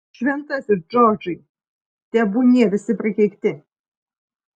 šventasis džordžai tebūnie visi prakeikti